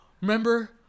remember